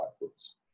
backwards